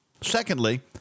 Secondly